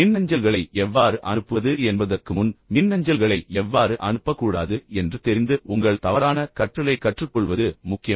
மின்னஞ்சல்களை எவ்வாறு அனுப்புவது என்பதை நீங்கள் கற்றுக் கொள்வதற்கு முன் மின்னஞ்சல்களை எவ்வாறு அனுப்பக்கூடாது என்பதை முதலில் அறிந்து கொள்வதன் மூலம் உங்கள் தவறான கற்றலைக் கற்றுக்கொள்வது முக்கியம்